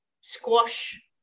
squash